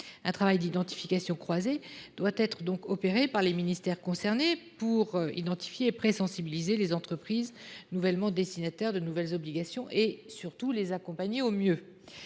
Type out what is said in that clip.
Un travail d’identification croisé doit être effectué par les ministères concernés pour identifier et présensibiliser les entreprises destinataires de nouvelles obligations pour les informer et les accompagner au mieux.